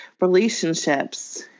relationships